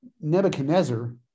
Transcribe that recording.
Nebuchadnezzar